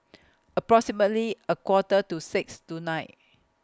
approximately A Quarter to six tonight